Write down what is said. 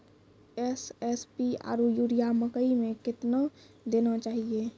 SSP आरु urea मकई मे कितना देना चाहिए?